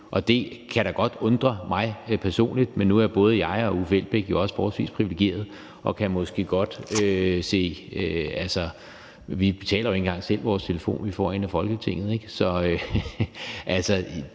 Det kan da godt undre mig personligt, men nu er både jeg og hr. Uffe Elbæk jo også forholdsvis privilegerede. Vi betaler jo ikke engang selv vores telefon. Vi får en af Folketinget,